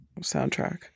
soundtrack